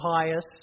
pious